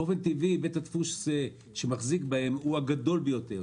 באופן טבעי בית הדפוס שמחזיק בהם הוא הגדול ביותר,